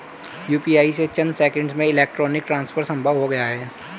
UPI से चंद seconds में इलेक्ट्रॉनिक ट्रांसफर संभव हो गया है